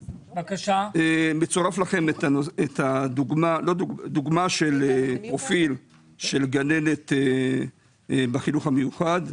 מצורפת לכם דוגמה של פרופיל של גננת בחינוך המיוחד,